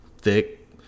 thick